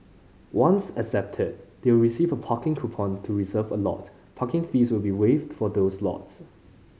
once accepted they will receive a parking coupon to reserve a lot Parking fees will be waived for these lots